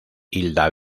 hilda